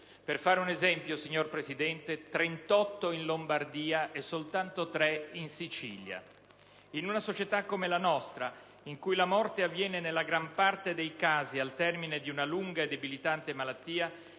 Per fare un esempio, signor Presidente, 38 si trovano in Lombardia e soltanto 3 in Sicilia. In una società come la nostra, in cui la morte avviene nella gran parte dei casi al termine di una lunga e debilitante malattia,